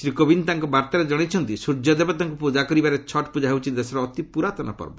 ଶ୍ରୀ କୋବିନ୍ଦ ତାଙ୍କ ବାର୍ତ୍ତାରେ ଜଣାଇଛନ୍ତି ସୂର୍ଯ୍ୟଦେବତାଙ୍କୁ ପୂଜା କରିବାରେ ଛଟ୍ ପୂଜା ହେଉଛି ଦେଶର ଅତି ପୂରାତନ ପର୍ବ